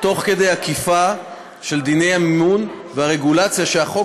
תוך כדי עקיפה של דיני המימון והרגולציה שהחוק